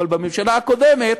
אבל בממשלה הקודמת